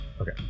Okay